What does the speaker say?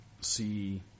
see